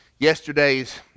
Yesterday's